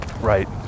Right